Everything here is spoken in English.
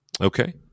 Okay